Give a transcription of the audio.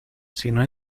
sino